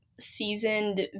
seasoned